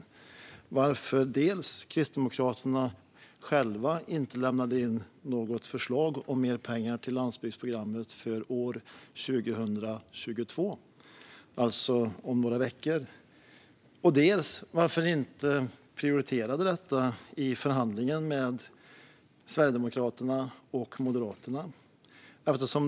Därför vill jag fråga dels varför Kristdemokraterna själva inte lämnade in något förslag om mer pengar till landsbygdsprogrammet för året 2022, som inleds om några veckor, dels varför ni inte prioriterade detta i förhandlingen med Sverigedemokraterna och Moderaterna.